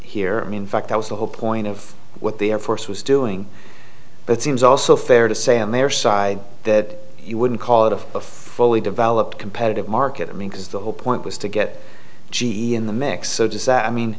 here in fact that was the whole point of what the air force was doing but it seems also fair to say on their side that you wouldn't call it a fully developed competitive market i mean because the whole point was to get g e in the mix so does that i mean